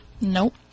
Nope